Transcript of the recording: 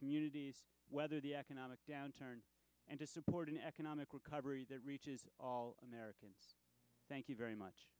communities whether the economic downturn and to support an economic recovery that reaches all americans thank you very much